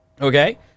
Okay